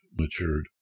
matured